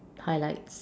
highlights